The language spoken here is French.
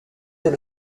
fait